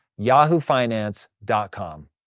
yahoofinance.com